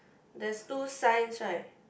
there's two signs right